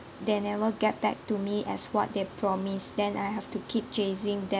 they never get back to me as what they promised then I have to keep chasing them